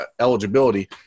eligibility